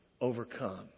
overcome